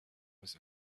was